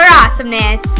awesomeness